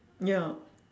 ya